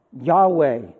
Yahweh